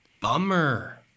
Bummer